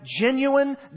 genuine